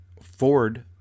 Ford